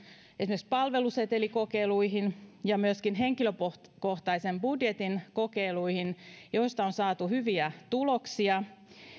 esimerkiksi palvelusetelikokeiluihin ja myöskin henkilökohtaisen budjetin kokeiluihin joista on saatu hyviä tuloksia